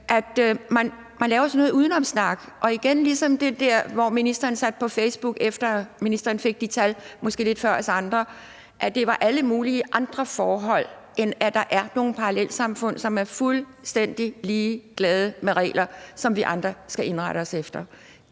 Man laver sådan noget udenomssnak igen ligesom det der, som ministeren satte på Facebook, efter at ministeren fik de tal, måske lidt før os andre, altså at det var alle mulige andre forhold, end at der er nogle parallelsamfund, som er fuldstændig ligeglade med regler, som vi andre skal indrette os efter.